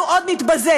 אנחנו עוד נתבזה.